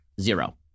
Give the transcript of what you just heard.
zero